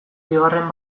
bigarren